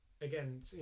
Again